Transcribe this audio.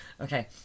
okay